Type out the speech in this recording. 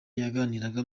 yaganiraga